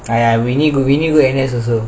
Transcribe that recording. I I go N_S also